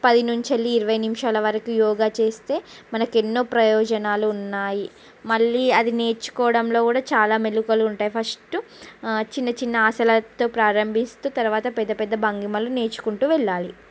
పది నుంచి వెళ్ళి ఇరవై నిముషాలవరికు యోగా చేస్తే మనకు ఎన్నో ప్రయోజనాలు ఉన్నాయి మళ్ళీ అది నేర్చుకోవడంలో కూడ చాలా మెళుకువలు ఉంటాయి ఫస్టు చిన్న చిన్న ఆసనాలతో ప్రారంభిస్తు తర్వాత పెద్ద పెద్ద భంగిమలు నేర్చుకుంటు వెళ్ళాలి